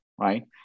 right